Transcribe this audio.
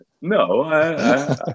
No